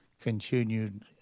continued